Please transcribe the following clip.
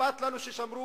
אכפת לנו שישמרו,